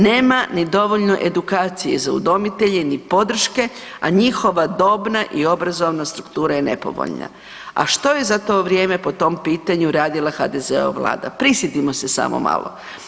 Nema ni dovoljno edukacije za udomitelje, ni podrške, a njihova dobna i obrazovna struktura je nepovoljna, a što je za to vrijeme po tom pitanju radila HDZ-ova Vlada prisjetimo se samo malo.